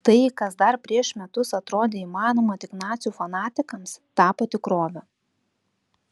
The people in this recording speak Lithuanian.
tai kas dar prieš metus atrodė įmanoma tik nacių fanatikams tapo tikrove